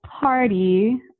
party